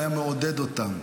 והיה מעודד אותם.